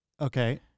Okay